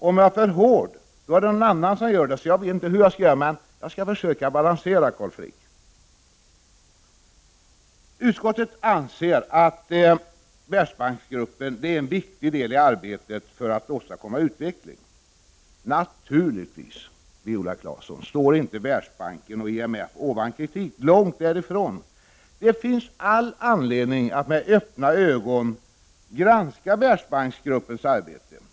Om jag är för hård, är det någon annan som skäller på mig. Jag vet inte riktigt hur jag skall göra. Jag skall försöka balansera detta, Carl Frick. Utskottet anser att Världsbanksgruppen utgör en viktig del i arbetet för att åstadkomma utveckling. Naturligtvis står inte Världsbanken och IMF ovan kritik, Viola Claesson, långt därifrån. Det finns all anledning att med öppna ögon granska Världsbanksgruppens arbete.